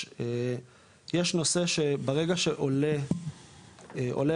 יש נושא שברגע שעולה עולה